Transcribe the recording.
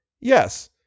Yes